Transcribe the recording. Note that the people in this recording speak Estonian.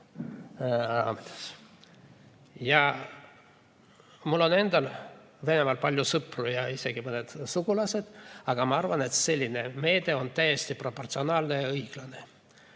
Mul on endal Venemaal palju sõpru ja isegi mõned sugulased, aga ma arvan, et selline meede on täiesti proportsionaalne ja õiglane.